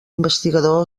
investigador